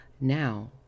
now